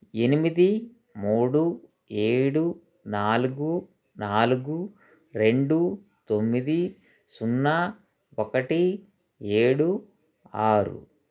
ఎనిమిది మూడు ఏడు నాలుగు నాలుగు రెండు తొమ్మిది సున్నా ఒకటి ఏడు ఆరు